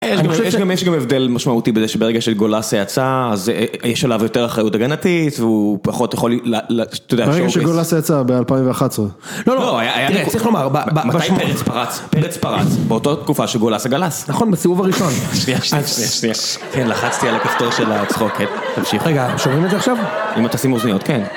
יש גם הבדל משמעותי בזה שברגע שגולסה היצא, יש עליו יותר אחריות הגנתית והוא פחות יכול... ברגע שגולסה יצא, ב-2011. לא, לא, צריך לומר... מתי פרץ פרץ? פרץ פרץ. באותו תקופה שגולסה גלס. נכון, בסיבוב הראשון. שנייה, שנייה, שנייה. כן, לחצתי על הכפתור של הצחוק. תמשיך. רגע, שומעים את זה עכשיו? אם תשים אוזניות, כן.